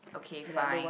okay fine